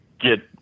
get